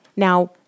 Now